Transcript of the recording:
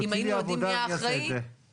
כי אם היינו יודעים מי הוא האחראי --- אנחנו